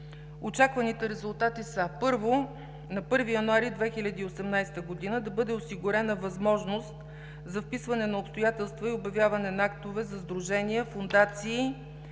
Очакваните резултати са: Първо, на 1 януари 2018 г. да бъде осигурена възможност за вписване на обстоятелства и обявяване на актове за сдружения, фондации